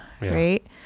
right